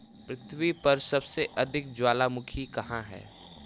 पृथ्वी पर सबसे अधिक ज्वालामुखी कहाँ हैं